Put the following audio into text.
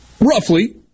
roughly